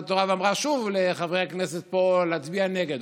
התורה ואמרה שוב לחברי הכנסת פה להצביע נגד,